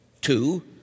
Two